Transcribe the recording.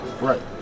Right